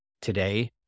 today